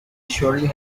surely